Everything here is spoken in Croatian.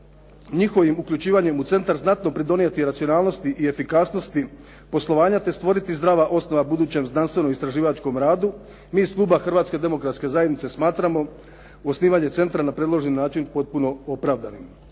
njihovim uključivanjem u centar znatno pridonijeti racionalnosti i efikasnosti poslovanja te stvoriti zdrava osnova budućem znanstvenom istraživačkom radu, mi iz kluba Hrvatske demokratske zajednice smatramo da je osnivanje centra na predložen način potpuno opravdano.